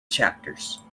chapters